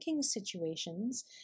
situations